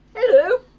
hello!